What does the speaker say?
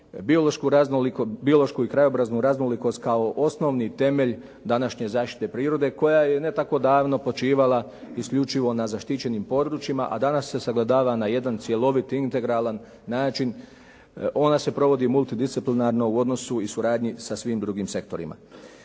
biološku i krajobraznu raznolikost kao osnovni temelj današnje zaštite prirode koja je ne tako davno počivala isključivo na zaštićenim područjima, a danas se sagledava na jedan cjelovit, integralan način. Ona se provodi multidisciplinarno u odnosu i suradnji sa svim drugim sektorima.